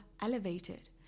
elevated